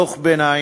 דוח ביניים,